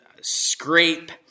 scrape